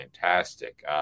fantastic